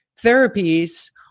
therapies